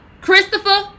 Christopher